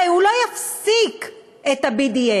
הרי הוא לא יפסיק את ה-BDS.